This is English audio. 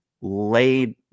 laid